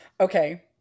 Okay